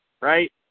right